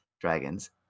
dragons